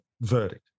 verdict